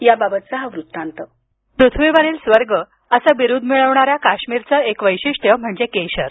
याबाबत हा वृत्तांत ध्वनी पृथ्वीवरील स्वर्ग असं बिरूद मिरवणाऱ्या काश्मीरचं एक वैशिष्ट्य म्हणजे केशर